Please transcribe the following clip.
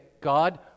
God